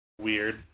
Weird